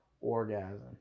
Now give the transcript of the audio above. orgasm